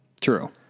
True